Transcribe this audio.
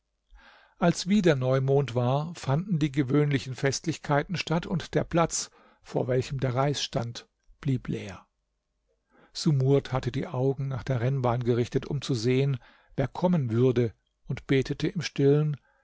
als wieder neumond war fanden die gewöhnlichen festlichkeiten statt und der platz vor welchem der reis stand blieb leer sumurd hatte die augen nach der rennbahn gerichtet um zu sehen wer kommen würde und betete im stillen